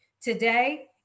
Today